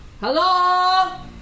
Hello